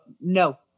no